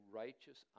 righteous